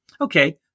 Okay